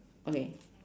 okay